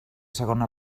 segona